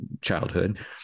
childhood